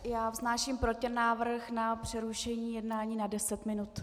Já vznáším protinávrh na přerušení jednání na 10 minut.